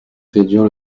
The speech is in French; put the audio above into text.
réduire